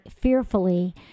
fearfully